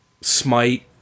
smite